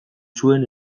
zuen